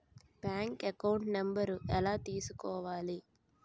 Bank account number ఎలా తీసుకోవాలి?